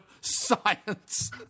science